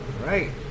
right